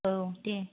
औ दे